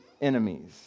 enemies